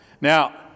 Now